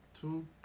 two